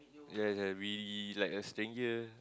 yea yea we like a stranger